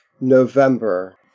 November